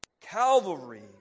Calvary